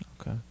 Okay